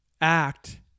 act